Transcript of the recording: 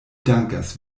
dankas